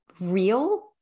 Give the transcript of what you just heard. real